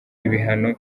ibihano